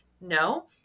no